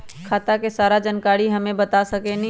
खाता के सारा जानकारी हमे बता सकेनी?